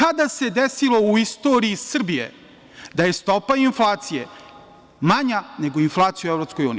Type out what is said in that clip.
Kada se desilo u istoriji Srbije da je stopa inflacije manja nego inflacije u EU?